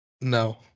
No